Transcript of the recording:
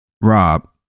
Rob